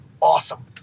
awesome